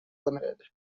limited